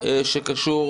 שקשור